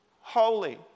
Holy